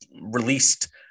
released